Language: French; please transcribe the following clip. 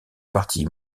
parti